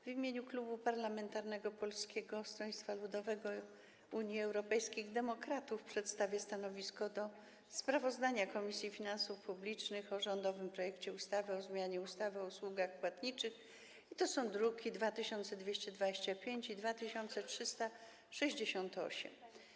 W imieniu Klubu Parlamentarnego Polskiego Stronnictwa Ludowego - Unii Europejskich Demokratów przedstawię stanowisko dotyczące sprawozdania Komisji Finansów Publicznych o rządowym projekcie ustawy o zmianie ustawy o usługach płatniczych, to są druki nr 2225 i 2368.